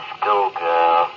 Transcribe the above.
schoolgirl